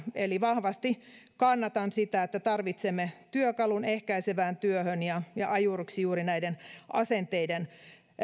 eli vahvasti kannatan sitä että tarvitsemme työkalun ehkäisevään työhön ja ja ajuriksi juuri näiden asenteiden